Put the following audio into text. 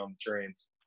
trains